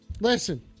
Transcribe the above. listen